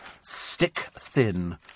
stick-thin